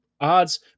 odds